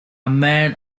man